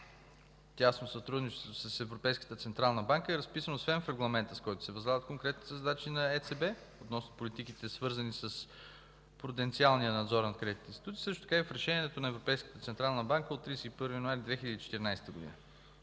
тясно сътрудничество с Европейската централна банка е разписано освен в регламента, с който се възлагат конкретните задачи на Европейската централна банка относно политиките, свързани с пруденциалния надзор на кредитните институции, също така и в Решението на Европейската централна банка от 31 януари 2014 г.